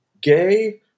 gay